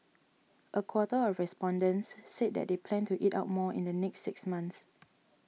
a quarter of respondents said that they plan to eat out more in the next six months